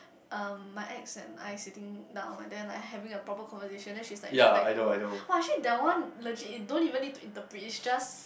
um my ex and I sitting down and then like having a proper conversation then she's like you should let go [wah] actually that one legit you don't even need to interpret it's just